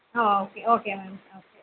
okay okay ma'am okay